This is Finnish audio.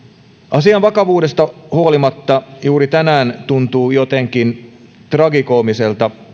asian vakavuudesta huolimatta juuri tänään tuntuu jotenkin tragikoomiselta